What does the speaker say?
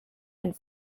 and